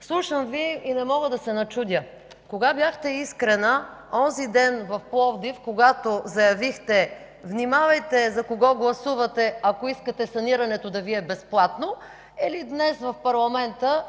слушам Ви и не мога да се начудя кога бяхте искрена – онзи ден в Пловдив, когато заявихте: „Внимавайте за кого гласувате, ако искате санирането да Ви е безплатно!”, или днес в парламента,